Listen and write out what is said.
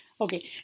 Okay